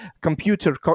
computer